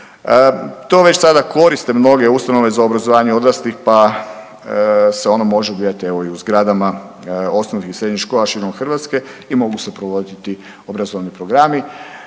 To već sada koriste mnoge ustanove za obrazovanje odraslih, pa se ono može odvijat evo i u zgradama osnovnih i srednjih škola širom Hrvatske i mogu se provoditi obrazovni programi.